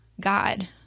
God